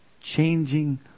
changing